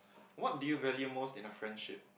what do you value most in a friendship